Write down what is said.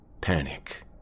Panic